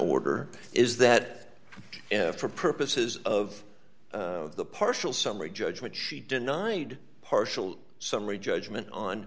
order is that for purposes of the partial summary judgment she denied partial summary judgment on